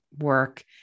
work